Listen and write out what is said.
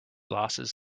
losses